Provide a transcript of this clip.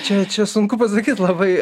čia čia sunku pasakyt labai